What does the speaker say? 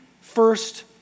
first